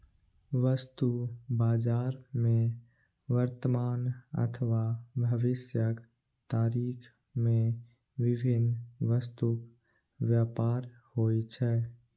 वस्तु बाजार मे वर्तमान अथवा भविष्यक तारीख मे विभिन्न वस्तुक व्यापार होइ छै